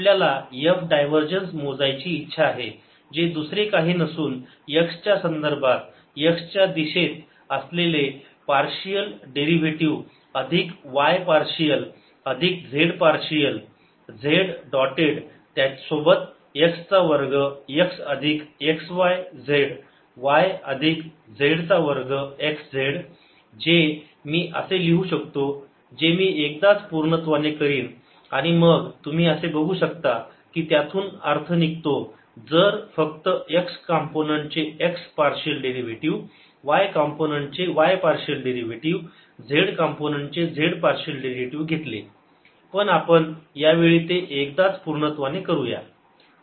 आपल्याला f divergence मोजायची इच्छा आहे जे दुसरे काही नसून x च्या संदर्भात x या दिशेत असलेले पार्शियल डेरिव्हेटिव्ह अधिक y पार्शियल अधिक z पार्शियल z डॉटेड त्यासोबत x चा वर्ग x अधिक x y z y अधिक z चा वर्ग x z जे की मी असे लिहू शकतो जे मी एकदाच पूर्णत्वाने करीन आणि मग तुम्ही असे बघू शकता की त्यातून अर्थ निघतो जर फक्त x कंपोनंन्ट चे x partial derivative y component चे y partial derivative z component चे z पार्शियल डेरिव्हेटिव्ह घेतले पण आपण यावेळी ते एकदाच पूर्णत्वाने करूयात